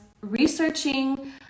researching